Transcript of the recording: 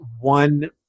one